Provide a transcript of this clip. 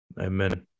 Amen